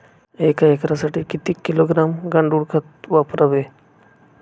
एक एकरसाठी किती किलोग्रॅम गांडूळ खत वापरावे?